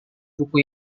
buku